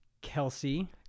Kelsey